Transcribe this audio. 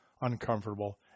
uncomfortable